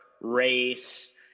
race